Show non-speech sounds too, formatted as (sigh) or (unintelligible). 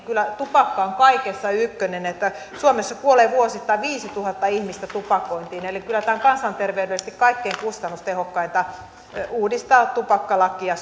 kyllä tupakka on kaikessa ykkönen suomessa kuolee vuosittain viisituhatta ihmistä tupakointiin eli kyllä on kansanterveydellisesti kaikkein kustannustehokkainta uudistaa tupakkalakia (unintelligible)